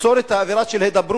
ליצור את האווירה של ההידברות.